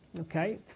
Okay